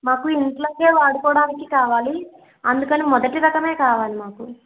మాకు ఇంట్లోకి వాడుకోవడానికి కావాలి అందుకని మొదటి రకమే కావాలి మాకు